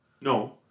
No